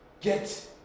get